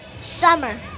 Summer